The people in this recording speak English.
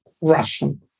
Russian